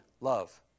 love